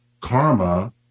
karma